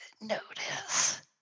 Notice